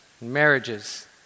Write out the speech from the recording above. Marriages